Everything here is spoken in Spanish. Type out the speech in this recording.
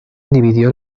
dividió